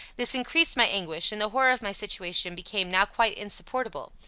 this increased my anguish, and the horror of my situation became now quite insupportable.